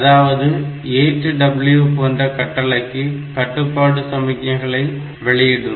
அதாவது ஏற்று W போன்ற கட்டளைக்கு கட்டுப்பாட்டு சமிக்ஞைகளை வெளியிடும்